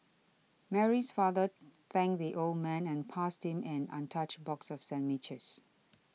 Mary's father thanked the old man and passed him an untouched box of sandwiches